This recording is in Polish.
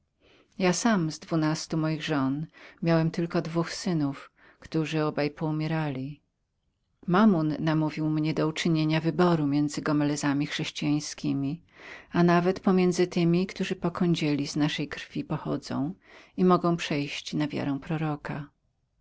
ja sam z dwunastu moich żon miałem tylko dwóch synów którzy oba poumierali mammon namówił mnie do uczynienia wyboru między gomelezami chrześcijańskimi a nawet pomiędzy tymi którzy po kądzieli z naszej krwi pochodzili i mogli byli przejść na wiarę proroka